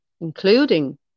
including